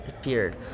appeared